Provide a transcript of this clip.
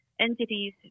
entities